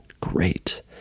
great